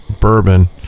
bourbon